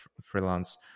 freelance